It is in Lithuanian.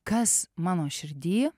kas mano širdy